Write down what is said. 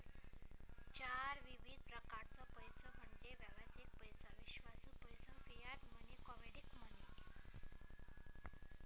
चार विविध प्रकारचो पैसो म्हणजे व्यावसायिक पैसो, विश्वासू पैसो, फियाट मनी, कमोडिटी मनी